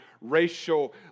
racial